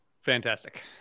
Fantastic